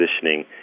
positioning